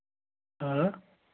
آ